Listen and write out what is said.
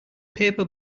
paper